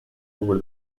over